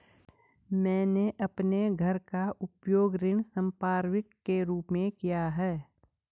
मैंने अपने घर का उपयोग ऋण संपार्श्विक के रूप में किया है